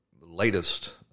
latest